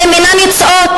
והן אינן יוצאות,